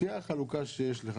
לפי החלוקה שיש לך,